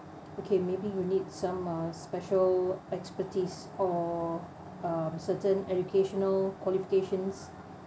okay maybe you need some uh special expertise or a certain educational qualifications